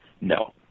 no